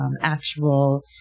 actual